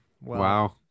Wow